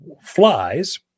flies